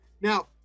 Now